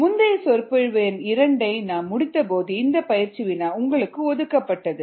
முந்தைய சொற்பொழிவு எண் 2 ஐ நாம் முடித்தபோது இந்த பயிற்சி வினா உங்களுக்கு ஒதுக்கப்பட்டது